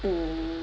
mm